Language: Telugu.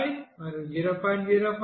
925 మరియు 0